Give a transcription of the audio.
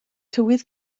tywydd